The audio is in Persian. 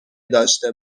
داشته